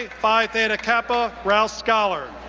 phi theta kappa, rouse scholar.